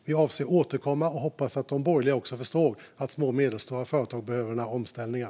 Vi avser att återkomma och hoppas att de borgerliga också förstår att små och medelstora företag behöver den här omställningen.